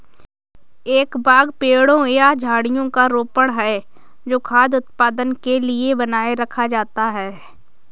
एक बाग पेड़ों या झाड़ियों का रोपण है जो खाद्य उत्पादन के लिए बनाए रखा जाता है